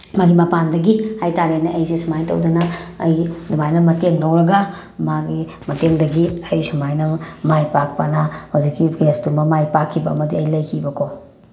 ꯃꯥꯒꯤ ꯃꯄꯥꯟꯗꯒꯤ ꯍꯥꯏ ꯇꯥꯔꯦꯅꯦ ꯑꯩꯁꯦ ꯁꯨꯃꯥꯏꯅ ꯇꯧꯗꯅ ꯑꯩꯒꯤ ꯑꯗꯨꯃꯥꯏꯅ ꯃꯇꯦꯡ ꯂꯧꯔꯒ ꯃꯥꯒꯤ ꯃꯇꯦꯡꯗꯒꯤ ꯑꯩ ꯁꯨꯃꯥꯏꯅ ꯃꯥꯏ ꯄꯥꯛꯄꯅ ꯍꯧꯖꯤꯛꯀꯤ ꯀꯦꯁꯇꯨꯃ ꯃꯥꯏ ꯄꯥꯛꯈꯤꯕ ꯑꯃꯗꯤ ꯑꯩ ꯂꯩꯈꯤꯕ ꯀꯣ